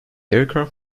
aircraft